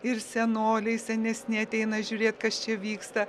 ir senoliai senesni ateina žiūrėt kas čia vyksta